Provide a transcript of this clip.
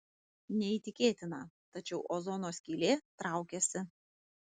neįtikėtina tačiau ozono skylė traukiasi